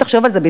אם תחשוב על זה,